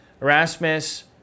Erasmus